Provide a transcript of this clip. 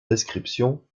description